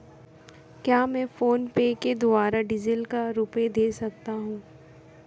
क्या मैं फोनपे के द्वारा डीज़ल के रुपए दे सकता हूं?